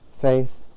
Faith